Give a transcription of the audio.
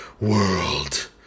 world